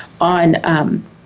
on